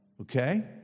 Okay